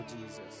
Jesus